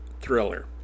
thriller